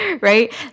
right